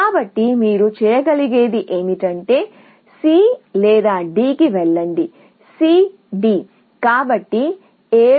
ఇప్పుడు మీరు చేయగలిగేది ఏమిటంటే C లేదా D కి వెళ్లండి C D